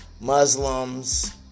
Muslims